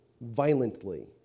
violently